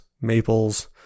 maples